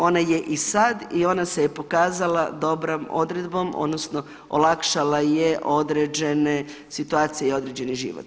Ona je i sad i ona se je pokazala dobrom odredbom, odnosno olakšala je određene situacije i određeni život.